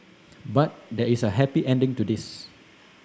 but there is a happy ending to this